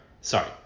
Sorry